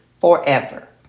forever